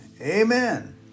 Amen